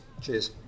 cheers